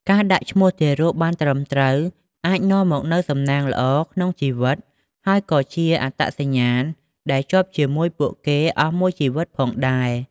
ការដាក់ឈ្មោះទារកបានត្រឹមត្រូវ អាចនាំមកនូវសំណាងល្អក្នុងជីវិត ហើយក៏ជាអត្តសញ្ញាណដែលជាប់ជាមួយពួកគេអស់មួយជីវិតផងដែរ។